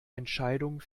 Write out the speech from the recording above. entscheidung